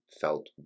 felt